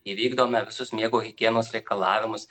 įvykdome visus miego higienos reikalavimus